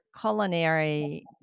culinary